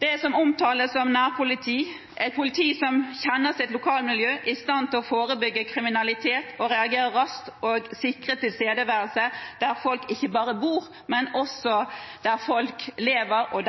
Det som omtales som nærpoliti, er et politi som kjenner sitt lokalmiljø, som er i stand til å forebygge kriminalitet, som reagerer raskt og sikrer tilstedeværelse ikke bare der folk bor, men også der folk lever og